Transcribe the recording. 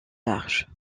large